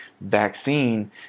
vaccine